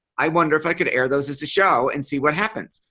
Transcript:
i wonder if i could air those as a show and see what happens.